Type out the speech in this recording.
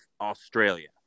Australia